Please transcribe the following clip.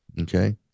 okay